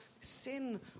sin